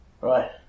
Right